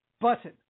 Button